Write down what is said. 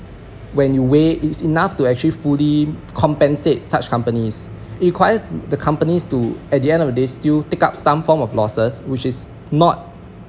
when you weigh it's enough to actually fully compensate such companies it requires the companies to at the end of the day still take up some form of losses which is not